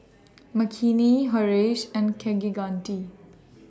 Makini Haresh and Kaneganti